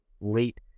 late